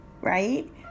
right